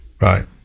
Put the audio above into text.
Right